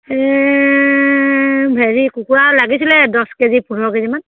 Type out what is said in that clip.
এই হেৰি কুকুৰা লাগিছিলে দছ কেজি পোন্ধৰ কেজিমান